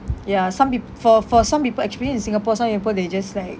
ya some peop~ for for some people actually in singapore some people they just like